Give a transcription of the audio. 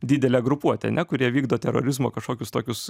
didelė grupuotė ane kurie vykdo terorizmo kažkokius tokius